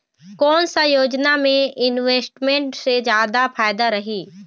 कोन सा योजना मे इन्वेस्टमेंट से जादा फायदा रही?